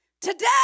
Today